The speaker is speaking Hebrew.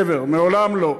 מעולם לא.